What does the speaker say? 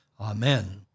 Amen